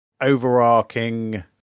overarching